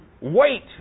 wait